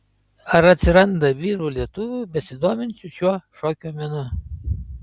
ar atsiranda vyrų lietuvių besidominčių šiuo šokio menu